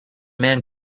man